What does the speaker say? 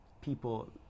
people